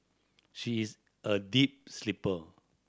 she is a deep sleeper